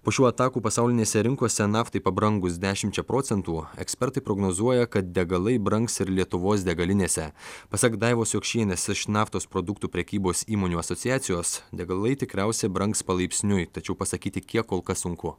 po šių atakų pasaulinėse rinkose naftai pabrangus dešimčia procentų ekspertai prognozuoja kad degalai brangs ir lietuvos degalinėse pasak daivos jokšienės naftos produktų prekybos įmonių asociacijos degalai tikriausiai brangs palaipsniui tačiau pasakyti kiek kol kas sunku